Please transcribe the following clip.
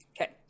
Okay